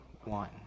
one